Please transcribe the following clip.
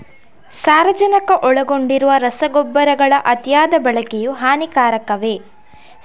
ಸಾರಜನಕ ಒಳಗೊಂಡಿರುವ ರಸಗೊಬ್ಬರಗಳ ಅತಿಯಾದ ಬಳಕೆಯು ಹಾನಿಕಾರಕವೇ?